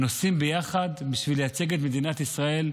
נוסעים ביחד בשביל לייצג את מדינת ישראל,